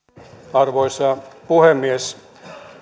arvoisa puhemies